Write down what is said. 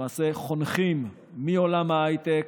למעשה חונכים מעולם ההייטק,